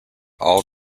all